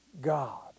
God